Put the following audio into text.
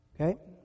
Okay